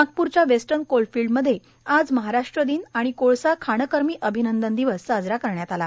नागपूरच्या western coal फिल्डमध्ये आज महाराष्ट्र दिन आणि कोळसा खानकर्मी अभिनंदन दिवस साजरा करण्यात आला